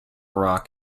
rock